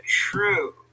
true